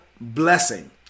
blessing